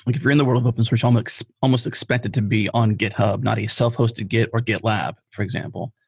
if you're in the world of open source, you're um like so almost expected to be on github. not a self-hosted git or gitlab, for example.